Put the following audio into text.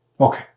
Okay